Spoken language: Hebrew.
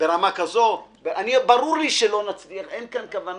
ברור לי שלא נצליח עד הסוף, אין כוונה